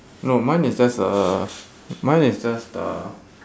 no mine is just a mine is just the